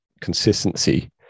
consistency